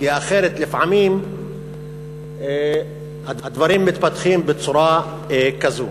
כי אחרת לפעמים הדברים מתפתחים בצורה כזו.